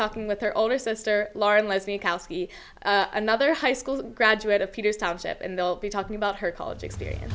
talking with her older sister lauren let me koski another high school graduate of peters township and they'll be talking about her college experience